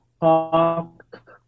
talk